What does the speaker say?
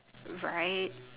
right